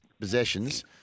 possessions